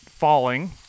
falling